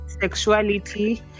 sexuality